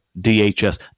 DHS